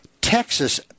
Texas